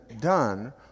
done